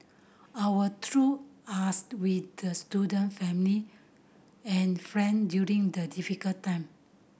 our through asked with the student family and friend during the difficult time